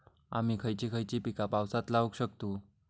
आम्ही खयची खयची पीका पावसात लावक शकतु?